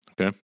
Okay